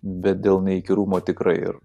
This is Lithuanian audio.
bet dėl neįkyrumo tikrai ir